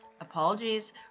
apologies